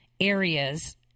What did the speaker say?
areas